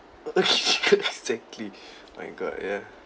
exactly my god yeah